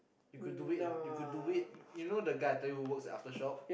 you could do it you could do it you know the guy I told you works at Aftershock